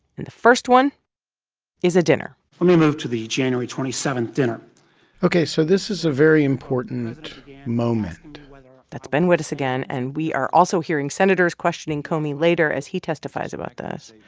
and the first one is a dinner let me move to the january twenty seven dinner ok. so this is a very important moment that's ben wittes again. and we are also hearing senators questioning comey later as he testifies about this.